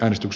äänestys